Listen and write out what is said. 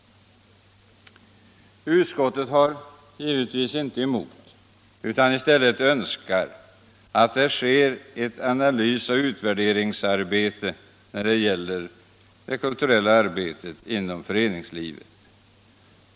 Utskottet har givetvis ingenting emot utan önskar i stället att det sker ett analysoch utvärderingsarbete när det gäller den kulturella verksamheten inom föreningslivet.